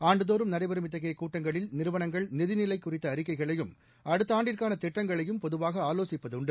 ஆண்டுதோறும் நடைபெறும் இத்தகைய கூட்டங்களில் நிறுவனங்கள் நிதிநிலை குறித்த அறிக்கைகளையும் அடுத்த ஆண்டுக்கான திட்டங்களையும் பொதுவாக ஆலோசிப்பது உண்டு